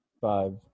Five